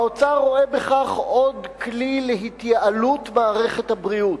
האוצר רואה בכך עוד כלי ל"התייעלות" מערכת הבריאות.